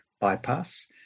bypass